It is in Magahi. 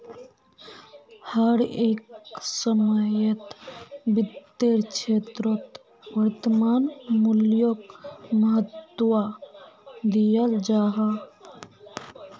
हर एक समयेत वित्तेर क्षेत्रोत वर्तमान मूल्योक महत्वा दियाल जाहा